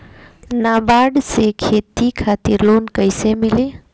नाबार्ड से खेती खातिर लोन कइसे मिली?